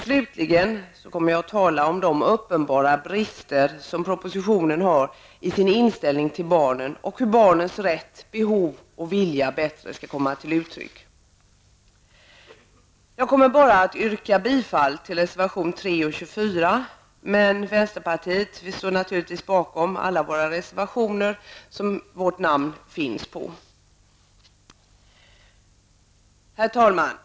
Slutligen kommer jag att tala om de uppenbara brister som propositionen har i fråga om inställningen till barnen och om hur barnens rätt, behov och vilja bättre skall kunna komma till uttryck. Jag kommer att yrka bifall bara till reservation 3 och 24, men vänsterpartisterna står naturligtvis bakom alla reservationer där deras namn finns med. Herr talman!